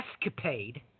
escapade